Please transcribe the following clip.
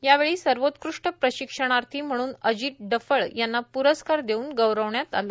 यावेळी सर्वोकृष्ट प्रशिक्षणार्थी म्हणून अजित डफळ यांना प्रस्कार देउन गौरविण्यात आलं